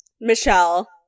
Michelle